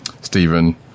Stephen